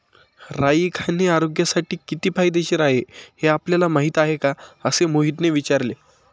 राई खाणे आरोग्यासाठी किती फायदेशीर आहे हे आपल्याला माहिती आहे का? असे मोहितने विचारले